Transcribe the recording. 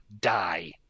die